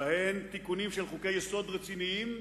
ובהן תיקונים של חוקי-יסוד רציניים